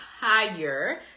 higher